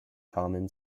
common